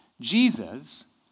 Jesus